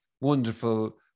wonderful